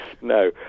no